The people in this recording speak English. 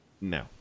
no